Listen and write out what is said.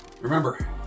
remember